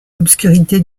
l’obscurité